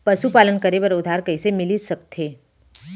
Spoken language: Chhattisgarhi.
पशुपालन करे बर उधार कइसे मिलिस सकथे?